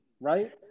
right